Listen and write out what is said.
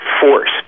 force